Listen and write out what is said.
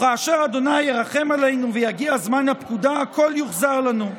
וכאשר ה' ירחם עלינו ויגיע זמן הפקודה הכול יוחזר לנו.